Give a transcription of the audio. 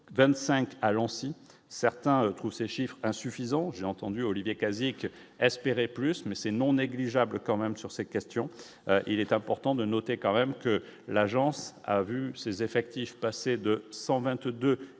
25 à Lancy, certains trouvent ces chiffres insuffisant, j'ai entendu Olivier quasi que espéré plus mais c'est non négligeables quand même sur ces questions, il est important de noter quand même que l'agence a vu ses effectifs passer de 122